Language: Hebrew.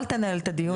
לא מנהל את הדיון.